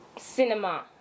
cinema